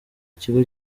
iki